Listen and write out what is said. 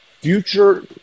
future